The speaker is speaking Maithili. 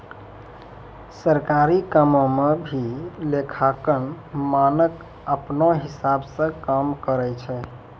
सरकारी कामो म भी लेखांकन मानक अपनौ हिसाब स काम करय छै